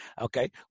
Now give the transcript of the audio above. okay